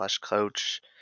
coach